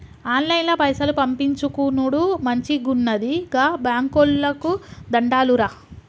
ఆన్లైన్ల పైసలు పంపిచ్చుకునుడు మంచిగున్నది, గా బాంకోళ్లకు దండాలురా